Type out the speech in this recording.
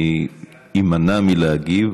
אני אימנע מלהגיב,